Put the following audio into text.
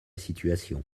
situation